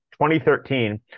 2013